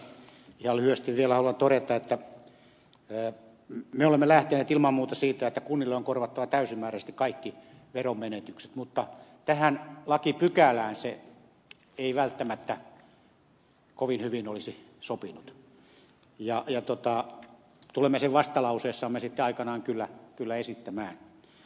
ihan lyhyesti vielä haluan todeta että me olemme lähteneet ilman muuta siitä että kunnille on korvattava täysimääräisesti kaikki veromenetykset mutta tähän lakipykälään se ei välttämättä kovin hyvin olisi sopinut ja tulemme sen vastalauseessamme sitten aikanaan kyllä esittämään